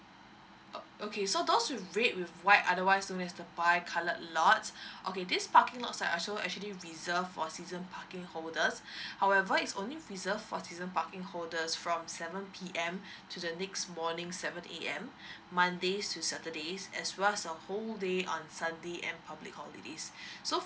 ok~ okay so those with red with white otherwise known as the pie coloured lot okay these parking lots are also actually reserved for season parking holders however it's only reserved for season parking holders from seven P_M to the next morning seven A_M mondays to saturdays as well as a whole day on sunday and public holidays so